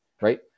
right